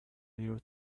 little